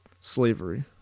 slavery